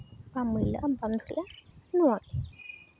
ᱵᱟᱢ ᱢᱟᱹᱭᱞᱟᱹᱜᱼᱟ ᱵᱟᱝ ᱫᱷᱩᱲᱤᱜᱼᱟ ᱱᱚᱣᱟᱜᱮ